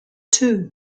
two